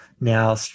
now